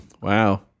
Wow